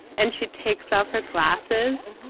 and she takes off her glasses